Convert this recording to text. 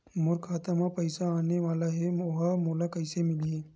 मोर खाता म पईसा आने वाला हे ओहा मोला कइसे मिलही?